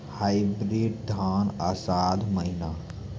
Hybrid धान आषाढ़ महीना?